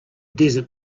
desert